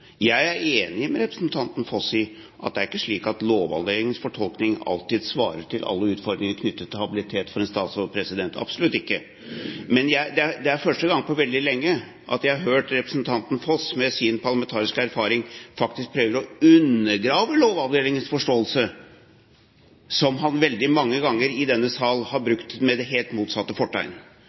Jeg er enig med representanten Foss i at det er ikke slik at Lovavdelingens fortolkning alltid svarer til alle utfordringer knyttet til habilitet for en statsråd. Absolutt ikke. Men det er første gang på veldig lenge at jeg har hørt representanten Foss, med sin parlamentariske erfaring, faktisk prøve å undergrave Lovavdelingens forståelse, som han veldig mange ganger i denne sal har brukt med det helt motsatte fortegn.